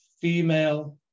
female